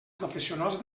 professionals